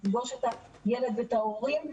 לפגוש את הילד ואת ההורים,